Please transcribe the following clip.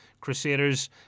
Crusaders